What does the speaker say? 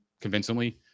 convincingly